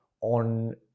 on